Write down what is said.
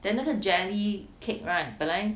then 那个 jelly cake right 本来